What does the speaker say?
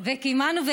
וקיימנו.